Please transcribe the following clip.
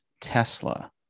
Tesla